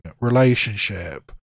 relationship